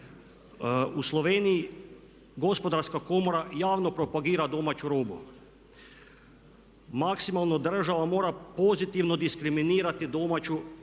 U Sloveniji Gospodarska komora javno propagira domaću robu. Maksimalno država mora pozitivno diskriminirati domaću